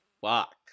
fuck